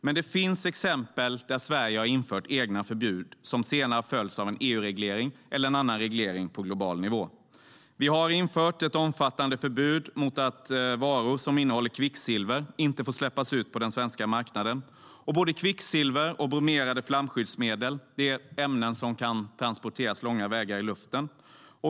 Men det finns exempel där Sverige har infört egna förbud som senare har följts av en EU-reglering eller en annan reglering på global nivå. Vi har infört ett omfattande förbud så att varor som innehåller kvicksilver inte får släppas ut på den svenska marknaden. Både kvicksilver och bromerade flamskyddsmedel är ämnen som kan transporteras långa vägar i luften.